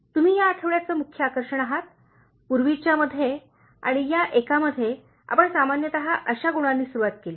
तुम्ही या आठवड्याचे मुख्य आकर्षण आहात पूर्वीच्या मध्ये आणि या एकामध्ये आपण सामान्यत अशा गुणांनी सुरुवात केली